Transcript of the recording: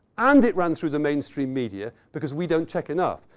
and it ran through the mainstream media because we don't check enough.